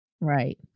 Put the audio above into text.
right